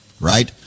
right